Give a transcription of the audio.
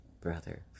brother